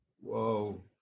Whoa